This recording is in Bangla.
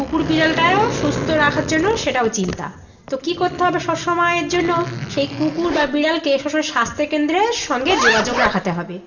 কুকুর বিড়ালটাও সুস্থ রাখার জন্য সেটাও চিন্তা তো কী করতে হবে সবসময়ের জন্য সেই কুকুর বা বিড়ালকে সবসময় স্বাস্থ্যকেন্দ্রের সঙ্গে যোগাযোগ রাখতে হবে